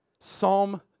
Psalm